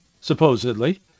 supposedly